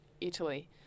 Italy